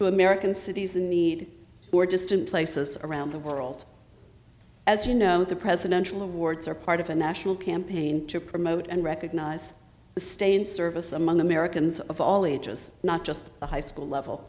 to american cities in need who are distant places around the world as you know the presidential awards are part of a national campaign to promote and recognize the stay in service among americans of all ages not just the high school level